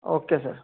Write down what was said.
okay sir